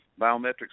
Biometrics